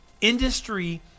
industry